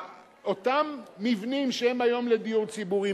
אותם מבנים שהם היום לדיור ציבורי,